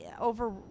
over